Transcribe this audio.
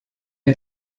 est